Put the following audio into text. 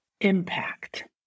impact